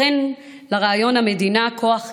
אכן, לרעיון המדינה כוח כזה.